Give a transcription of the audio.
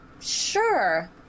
sure